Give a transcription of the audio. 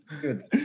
good